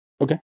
Okay